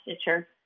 stitcher